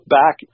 back